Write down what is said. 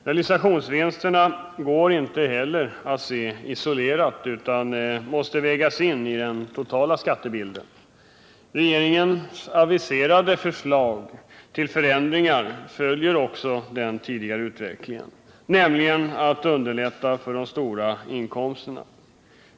Realisationsvinsterna går inte heller att se isolerat utan måste vägas in i den totala skattebilden. Regeringens aviserade förslag till förändringar följer också den tidigare utvecklingen, nämligen att underlätta för de stora inkomsttagarna.